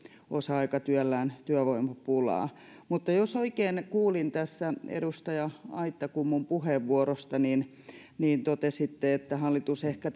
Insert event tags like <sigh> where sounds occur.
osa aikatyöllään erinomaisesti myös työvoimapulaa jos oikein kuulin edustaja aittakummun puheenvuorosta niin niin totesitte että hallitus ehkä <unintelligible>